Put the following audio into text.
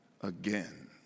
again